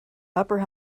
upper